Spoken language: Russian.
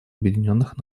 объединенных